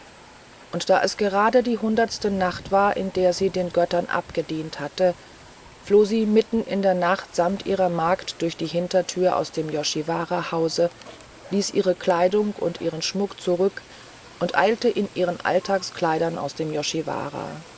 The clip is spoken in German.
und da es gerade die hundertste nacht war in der sie den göttern abgedient hatte floh sie mitten in der nacht samt ihrer magd durch eine hintertür aus dem yoshiwarahause ließ ihre kleidung und ihren schmuck zurück und eilte in ihren alltagskleidern aus dem